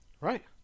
Right